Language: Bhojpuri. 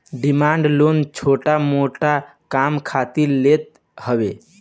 डिमांड लोन छोट मोट काम खातिर लेत हवे